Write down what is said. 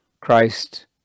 Christ